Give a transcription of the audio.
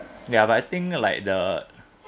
ya but I think like the